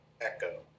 Echo